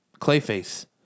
Clayface